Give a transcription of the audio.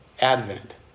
advent